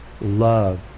love